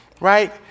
Right